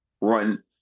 run